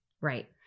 Right